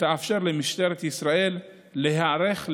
שתאפשר למשטרת ישראל להיערך ליישומו.